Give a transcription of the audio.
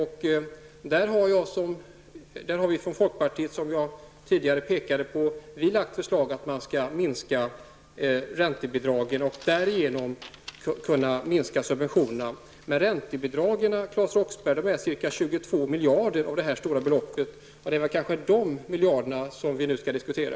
I fråga om dessa har vi i folkpartiet, som jag tidigare pekade på, lagt fram förslag om att de skall minskas för att därigenom kunna minska subventionerna. Men räntebidragen, Claes Roxbergh, utgör ca 22 miljarder av detta stora belopp. Och det är kanske dessa miljarder som vi nu skall diskutera.